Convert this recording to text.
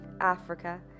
Africa